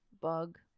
bug